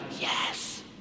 yes